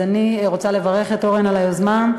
אז אני רוצה לברך את אורן על היוזמה.